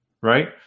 right